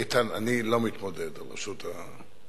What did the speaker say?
איתן, אני לא מתמודד על ראשות ההסתדרות.